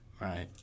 right